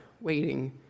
waiting